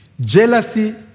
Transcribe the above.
Jealousy